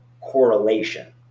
correlation